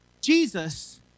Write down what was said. Jesus